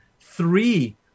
three